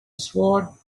sword